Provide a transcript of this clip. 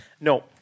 No